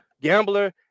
gambler